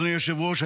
אדוני היושב-ראש,